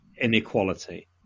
inequality